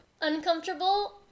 uncomfortable